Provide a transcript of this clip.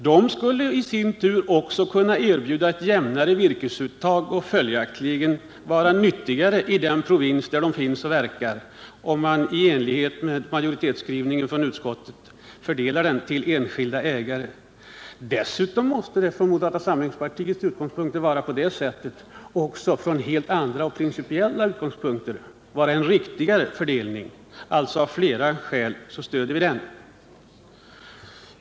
De skulle också kunna erbjuda ett jämnare virkesuttag och följaktligen vara nyttigare i den provins där de bor och verkar, om man i enlighet med utskottsmajoritetens skrivning fördelar marken på enskilda ägare. Dessutom måste det enligt. moderata samlingspartiets mening vara en riktigare fördelning också från helt andra och mer principiella utgångspunkter. Av flera skäl stöder vi alltså den.